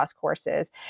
Courses